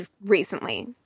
recently